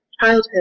childhood